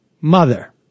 mother